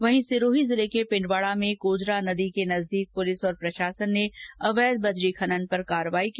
वहीं सिरोही जिले के पिण्डवाड़ा में कोजरा नदी के नजदीक से पुलिस और प्रशासन ने अवैध बजरी खनन पर कार्रवाई की